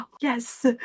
Yes